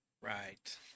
Right